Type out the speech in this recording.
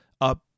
up